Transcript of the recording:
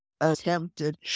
attempted